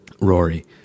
Rory